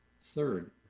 Third